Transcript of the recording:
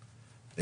בהם,